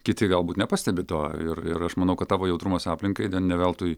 kiti galbūt nepastebi to ir ir aš manau kad tavo jautrumas aplinkai ne veltui